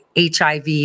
HIV